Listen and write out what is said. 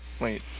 Wait